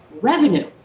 revenue